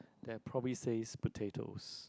that probably says potatoes